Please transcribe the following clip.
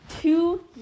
Two